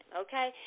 okay